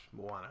Moana